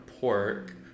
pork